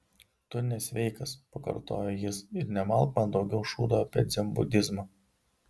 tu nesveikas pakartojo jis ir nemalk man daugiau šūdo apie dzenbudizmą